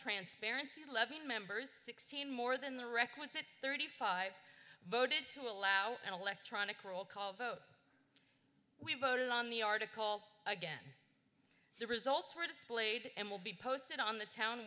transparency eleven members sixteen more than the requisite thirty five voted to allow an electronic roll call vote we voted on the article again the results were displayed and will be posted on the town